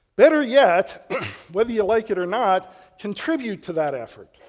better yet whether you like it or not contribute to that effort.